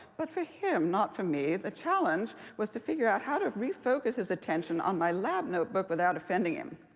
but for him, not for me. the challenge was to figure out how to refocus his attention on my lab notebook without offending him.